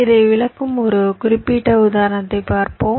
இதை விளக்கும் ஒரு குறிப்பிட்ட உதாரணத்தைப் பார்ப்போம்